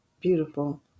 Beautiful